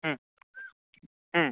হুম হুম